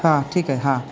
हां ठीक आहे हां